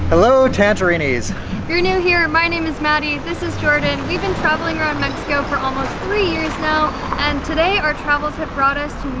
hello tangerineys! if you're new here my name is maddie, this is jordan. we've been traveling around mexico for almost three years now and today our travels have brought us